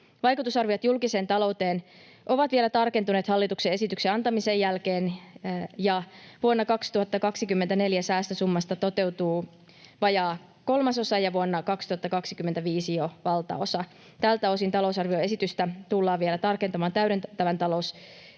Vaikutusarviot julkiseen talouteen ovat vielä tarkentuneet hallituksen esityksen antamisen jälkeen, ja vuonna 2024 säästösummasta toteutuu vajaa kolmasosa ja vuonna 2025 jo valtaosa. Tältä osin talousarvioesitystä tullaan vielä tarkentamaan täydentävän talousarvioesityksen